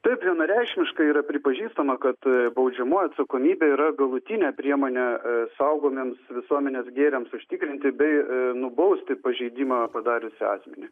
taip vienareikšmiškai yra pripažįstama kad baudžiamoji atsakomybė yra galutinė priemonė saugomiems visuomenės gėriams užtikrinti bei nubausti pažeidimą padariusį asmenį